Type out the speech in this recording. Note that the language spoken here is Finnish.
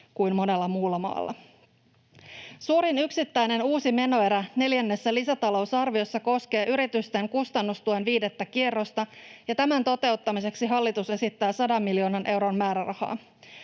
kuin monella muulla maalla. Suurin yksittäinen uusi menoerä neljännessä lisätalousarviossa koskee yritysten kustannustuen viidettä kierrosta, ja tämän toteuttamiseksi hallitus esittää 100 miljoonan euron määrärahaa.